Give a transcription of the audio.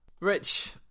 Rich